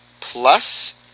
plus